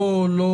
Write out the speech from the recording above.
בוא לא